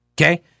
okay